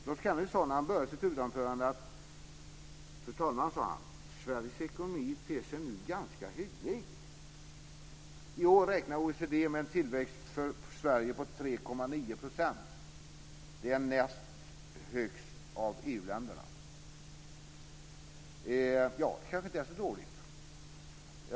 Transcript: Han inledde sitt huvudanförande med att säga: Sveriges ekonomi ter sig nu ganska hygglig. I år räknar OECD med en tillväxt för Sverige på 3,9 %. Det är näst högst bland EU-länderna. Det är kanske inte så dåligt.